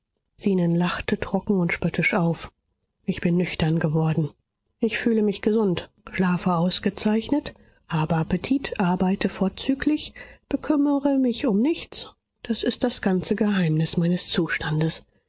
zenon lachte trocken und spöttisch auf ich bin nüchtern geworden ich fühle mich gesund schlafe ausgezeichnet habe appetit arbeite vorzüglich bekümmere mich um nichts das ist das ganze geheimnis meines zustandes